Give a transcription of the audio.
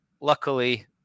luckily